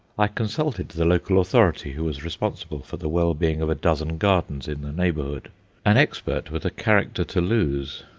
i consulted the local authority who was responsible for the well-being of a dozen gardens in the neighbourhood an expert with a character to lose,